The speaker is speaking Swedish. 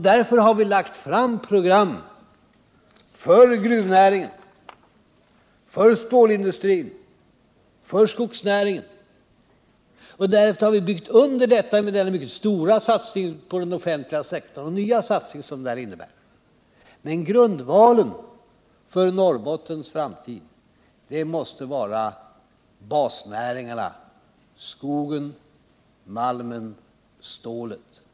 Därför har vi lagt fram ett program för gruvnäringen, för stålindustrin och för skogsnäringen. Därför har vi byggt under detta med en mycket stor satsning på den offentliga sektorn och andra nya satsningar som detta innebär. Grundvalen för Norrbottens framtid måste vara basnäringarna: skogen, malmen och stålet.